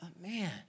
Man